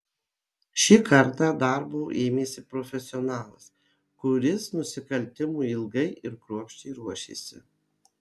šį kartą darbo ėmėsi profesionalas kuris nusikaltimui ilgai ir kruopščiai ruošėsi